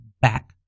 back